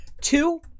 two